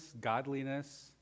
godliness